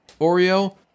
Oreo